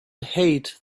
hate